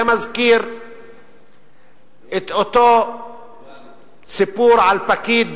זה מזכיר את אותו סיפור על פקיד